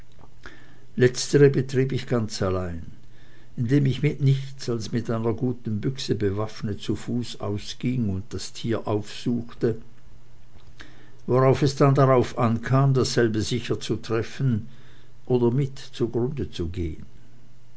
letztere betrieb ich ganz allein indem ich mit nichts als mit einer guten büchse bewaffnet zu fuß ausging und das tier aufsuchte worauf es dann darauf ankam dasselbe sicher zu treffen oder zugrunde zu gehen